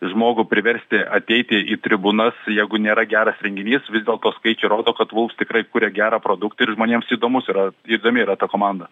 žmogų priversti ateiti į tribūnas jeigu nėra geras renginys vis dėlto skaičiai rodo kad vulfs tikrai kuria gerą produktą ir žmonėms įdomus yra įdomi yra ta komanda